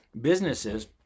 businesses